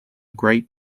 great